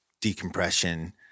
decompression